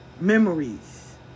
memories